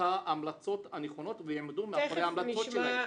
ההמלצות הנכונות ויעמדו מאחורי ההמלצות שלהם.